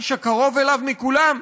האיש הקרוב אליו מכולם.